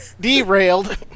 Derailed